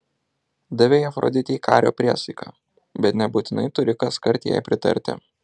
davei afroditei kario priesaiką bet nebūtinai turi kaskart jai pritarti